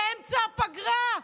באמצע הפגרה,